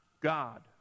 God